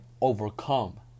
overcome